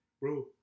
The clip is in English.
bro